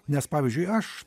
nes pavyzdžiui aš